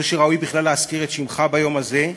לא שראוי בכלל להזכיר את שמך ביום הזה,